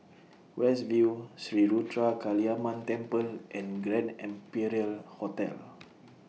West View Sri Ruthra Kaliamman Temple and Grand Imperial Hotel